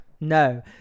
no